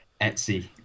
Etsy